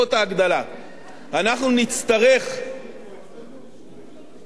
אנחנו נצטרך להטיל מסים.